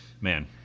man